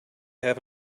have